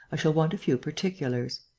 i shall want a few particulars.